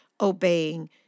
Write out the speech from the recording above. obeying